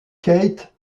kate